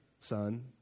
son